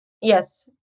Yes